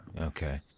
Okay